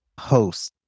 host